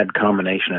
combination